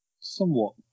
somewhat